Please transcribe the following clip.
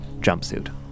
jumpsuit